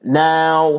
now